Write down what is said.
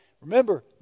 Remember